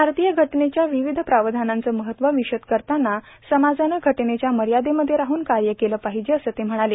भारतीय घटनेच्या विविध प्रावधानांचं महत्व विशद करताना समाजानं घटनेच्या मर्यादेमधे राहून कार्य केलं पाहिजे असं ते म्हणाले